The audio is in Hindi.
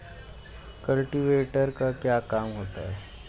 कल्टीवेटर का क्या काम होता है?